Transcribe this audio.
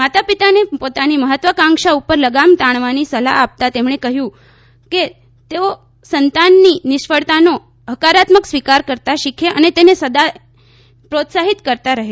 માતપિતાને પોતાની મહત્વાકાંક્ષા ઉપર લગામ તાણવાની સલાહ આપતા તેમણે કહ્યું હતું કે તેઓ સંતાનની નિષ્ફળતાનો હકારાત્મક સ્વીકાર કરતાં શીખે અને તેને સદાય પ્રોત્સાહિત કરતાં રહે